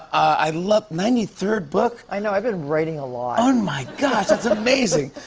i love ninety third book? i know. i've been writing a lot. oh, and my gosh. that's amazing.